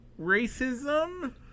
racism